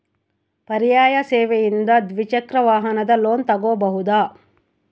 ಪರ್ಯಾಯ ಸೇವೆಯಿಂದ ದ್ವಿಚಕ್ರ ವಾಹನದ ಲೋನ್ ತಗೋಬಹುದಾ?